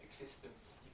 existence